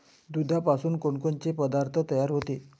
दुधापासून कोनकोनचे पदार्थ तयार होते?